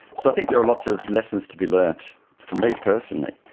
so i think there are lots of lessons to be learnt for me personally.